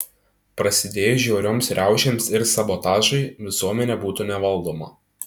prasidėjus žiaurioms riaušėms ir sabotažui visuomenė būtų nevaldoma